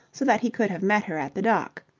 so that he could have met her at the dock.